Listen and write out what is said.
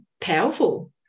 powerful